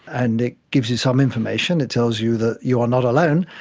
and it gives you some information, it tells you that you are not alone,